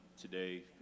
today